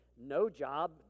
no-job